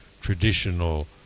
traditional